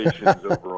over